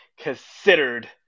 considered